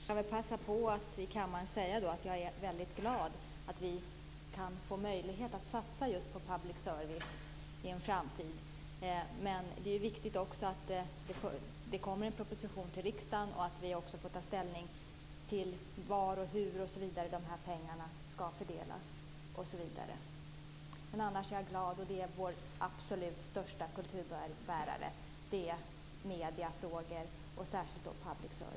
Fru talman! Jag vill passa på att säga här i kammaren att jag är mycket glad att vi får möjlighet att satsa just på public service i en framtid. Men det är också viktigt att det kommer en proposition till riksdagen och att vi får ta ställning till vart och hur de här pengarna skall fördelas osv. Annars är jag glad, och mediefrågor, och särskilt public service, är våra absolut största kulturbärare.